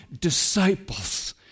disciples